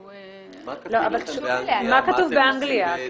מה כתוב לכם באנגליה?